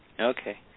okay